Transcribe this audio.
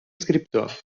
escriptor